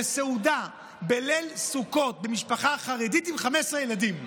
בסעודה בליל סוכות במשפחה חרדית עם 15 ילדים.